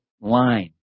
line